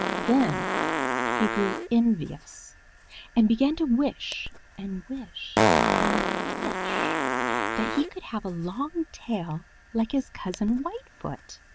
then he grew envious and began to wish and wish and wish that he could have a long tail like his cousin whitefoot.